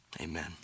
Amen